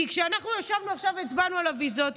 כי כשאנחנו ישבנו עכשיו והצבענו על הוויזות,